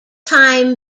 time